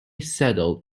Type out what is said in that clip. settled